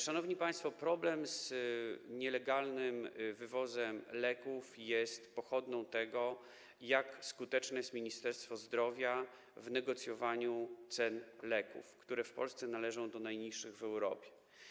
Szanowni państwo, problem z nielegalnym wywozem leków jest pochodną tego, jak skuteczne jest Ministerstwo Zdrowia w negocjowaniu cen leków, które w Polsce należą do najniższych w Europie.